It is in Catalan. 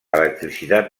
electricitat